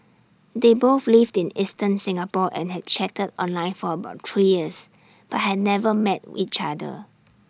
they both lived in eastern Singapore and had chatted online for about three years but had never met each other